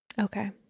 Okay